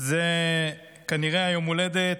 זה כנראה יום ההולדת